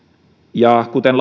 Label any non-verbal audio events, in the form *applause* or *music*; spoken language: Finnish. ja kuten *unintelligible*